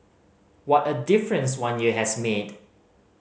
what a difference one year has made